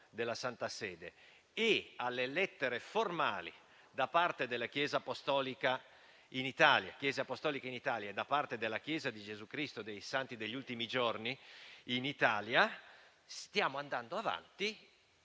della Santa Sede e alle lettere formali da parte della Chiesa apostolica in Italia e della Chiesa di Gesù Cristo dei Santi degli ultimi giorni, in Italia stiamo andando avanti